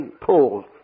Paul